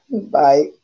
Bye